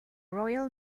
royal